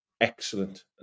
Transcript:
excellent